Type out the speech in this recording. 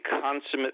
consummate